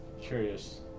curious